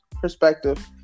perspective